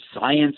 science